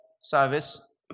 service